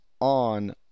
on